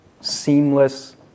seamless